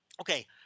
okay